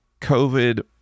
COVID